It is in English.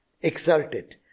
exalted